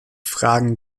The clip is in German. fragen